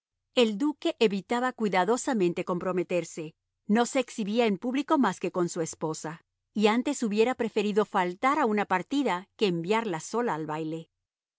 el duque evitaba cuidadosamente comprometerse no se exhibía en público más que con su esposa y antes hubiera preferido faltar a una partida que enviarla sola al baile